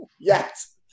yes